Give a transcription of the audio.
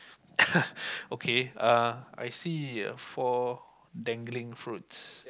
okay uh I see four dangling fruits